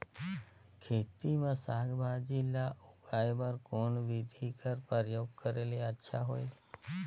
खेती मे साक भाजी ल उगाय बर कोन बिधी कर प्रयोग करले अच्छा होयल?